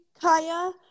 Kaya